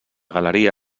galeria